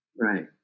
right